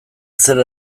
zer